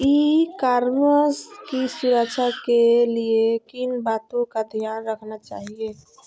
ई commerce की सुरक्षा के लिए किन बातों का ध्यान रखना चाहिए?